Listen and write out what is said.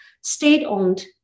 state-owned